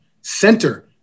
center